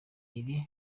iri